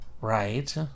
right